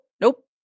nope